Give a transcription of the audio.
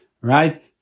right